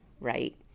right